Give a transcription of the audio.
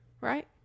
right